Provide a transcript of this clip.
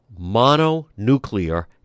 mononuclear